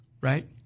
right